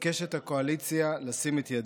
מבקשת הקואליציה לשים את ידיה.